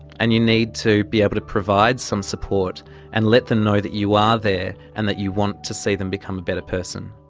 and you need to be able to provide some support and let them know that you are there and that you want to see them become a better person.